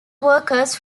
workers